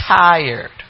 tired